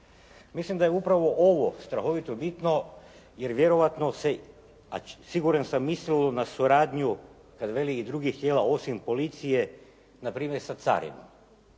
Mislim da je upravo ovo strahovito bitno, jer vjerojatno se, a siguran sam mislilo na suradnju kad veli i drugih tijela osim policije na primjer sa carinom,